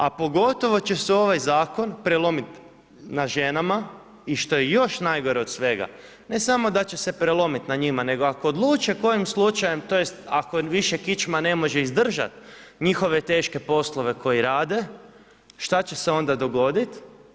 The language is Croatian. A pogotovo će se ovaj zakon prelomit na ženama i što je još najgore od svega, ne samo da će se prelomit na njima, nego ako odluče kojim slučajem, tj. ako više kičma ne može izdržat njihove teške poslove koje rade, šta će se onda dogodit?